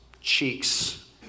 cheeks